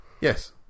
Yes